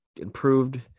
improved